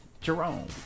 jerome